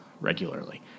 regularly